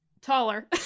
Taller